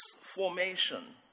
formation